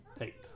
Eight